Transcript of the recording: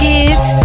Kids